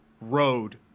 road